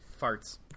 Farts